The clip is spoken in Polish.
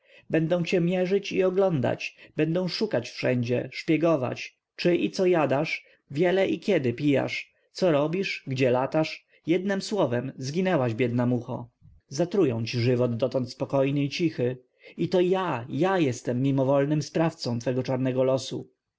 będą cię mierzyć i oglądać będą szukać wszędzie szpiegować czy i co jadasz wiele i kiedy pijasz co robisz gdzie latasz jednem słowem zginęłaś biedna mucho zatrują ci żywot dotąd spokojny i cichy i to ja ja jestem mimowolnym sprawcą twego czarnego losu